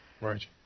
Right